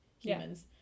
humans